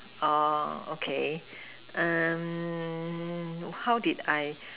oh okay how did I